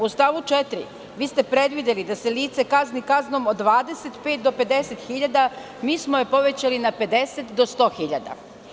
U stavu 4. ste predvideli da se lice kazni kaznom od 25-50 hiljada, a mi smo je povećali na 50-100 hiljada.